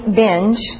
binge